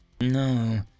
No